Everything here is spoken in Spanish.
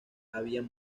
habían